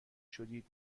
شدید